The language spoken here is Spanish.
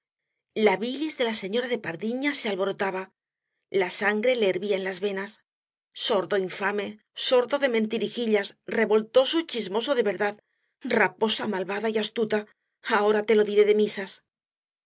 la bilis de la señora de pardiñas se alborotaba la sangre le hervía en las venas sordo infame sordo de mentirijillas revoltoso y chismoso de verdad raposa malvada y astuta ahora te lo diré de misas